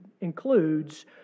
includes